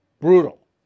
brutal